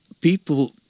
people